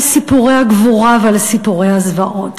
על סיפורי הגבורה ועל סיפורי הזוועות.